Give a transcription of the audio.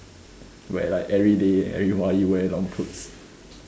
where like everyday everybody wear long clothes